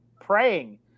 praying